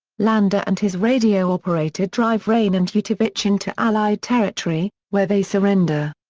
landa and his radio operator drive raine and utivich into allied territory, where they surrender.